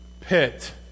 pit